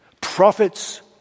Prophets